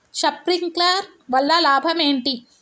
Sprinkler వల్ల లాభం ఏంటి?